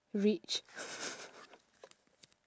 rich